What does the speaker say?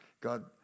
God